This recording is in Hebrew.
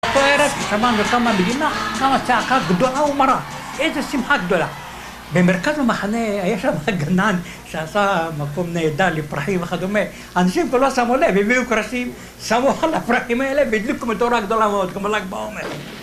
כל הערב שמענו קמה מדינה, כמה צעקה גדולה ומרה, איזו שמחה גדולה, במרכז המחנה היה שם הגנן שעשה מקום נהדר לפרחים וכדומה, אנשים כבר לא שמו לב, הביאו קרשים, שמו על הפרחים האלה והדליקו מדורה גדולה מאוד, כמו ל"ג בעומר